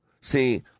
See